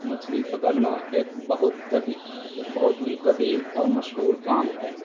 مچھلی پکڑنا ایک بہت قدیم ایک بہت ہی قدیم اور مشہور کام ہے